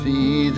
See